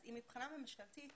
מבחינה ממשלתית